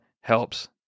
helps